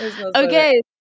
Okay